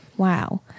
Wow